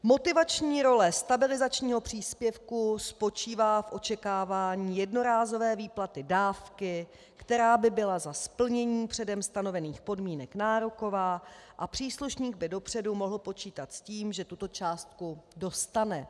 Motivační role stabilizačního příspěvku spočívá v očekávání jednorázové výplaty dávky, která by byla za splnění předem stanovených podmínek nároková, a příslušník by dopředu mohl počítat s tím, že tuto částku dostane.